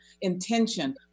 intention